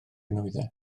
nwyddau